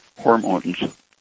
hormones